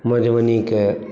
मधुबनीके